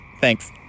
Thanks